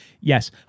Yes